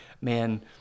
man